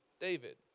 David